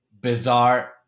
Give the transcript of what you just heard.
bizarre